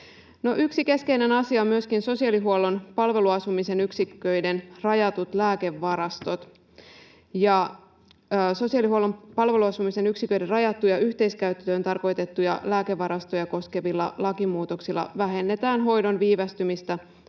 yksi keskeinen asia ovat myöskin sosiaalihuollon palveluasumisen yksiköiden rajatut lääkevarastot, ja sosiaalihuollon palveluasumisen yksiköiden rajattuja, yhteiskäyttöön tarkoitettuja lääkevarastoja koskevilla lakimuutoksilla vähennetään hoidon viivästymistä